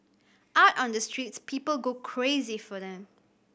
out on the streets people go crazy for them